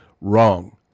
Wrong